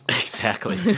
exactly.